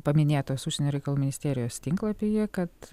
paminėtos užsienio reikalų ministerijos tinklapyje kad